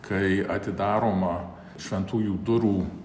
kai atidaroma šventųjų durų